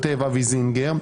כותב אבי זינגר,